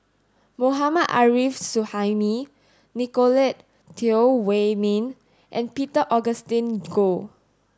Mohammad Arif Suhaimi Nicolette Teo Wei Min and Peter Augustine Goh